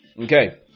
Okay